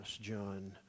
John